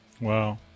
Wow